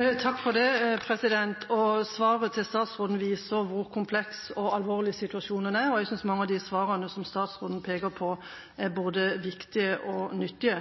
Svaret fra statsråden viser hvor kompleks og alvorlig situasjonen er, og jeg synes at mange av svarene som statsråden peker på, er både viktige og nyttige.